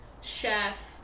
chef